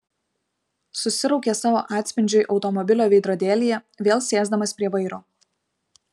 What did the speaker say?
susiraukė savo atspindžiui automobilio veidrodėlyje vėl sėsdamas prie vairo